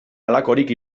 halakorik